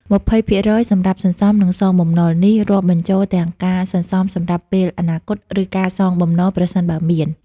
20% សម្រាប់សន្សំ និងសងបំណុល នេះរាប់បញ្ចូលទាំងការសន្សំសម្រាប់ពេលអនាគត ឬការសងបំណុល ប្រសិនបើមាន។